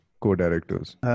co-directors